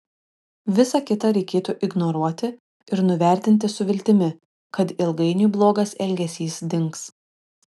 visa kita reikėtų ignoruoti ir nuvertinti su viltimi kad ilgainiui blogas elgesys dings